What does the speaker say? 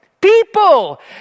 people